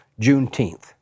Juneteenth